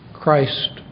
Christ